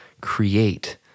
create